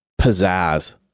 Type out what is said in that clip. pizzazz